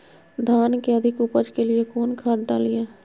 धान के अधिक उपज के लिए कौन खाद डालिय?